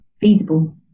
feasible